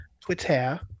Twitter